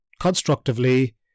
constructively